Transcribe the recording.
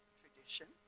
tradition